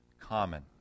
common